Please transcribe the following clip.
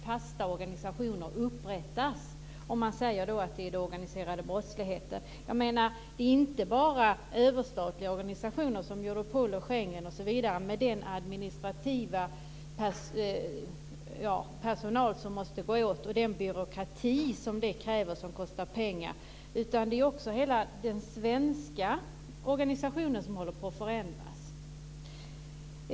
Fasta organisationer upprättas. Man säger att det är den organiserade brottsligheten. Det handlar inte bara om överstatliga organisationer som Europol och Schengen, med den administrativa personal som går åt där och den byråkrati som det kräver, som kostar pengar, utan hela den svenska organisationen som också håller på att förändras.